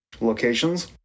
locations